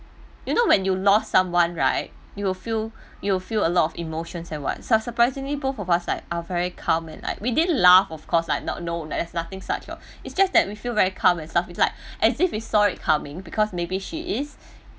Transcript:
you know when you lost someone right you will feel you will feel a lot emotion and what sup surprisingly both of us like are very calm and like we didn't laugh of cause like not know there's nothing such of it's just that we feel very calm and stuff it's like as if we saw it coming because maybe she is